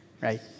right